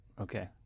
Okay